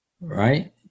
Right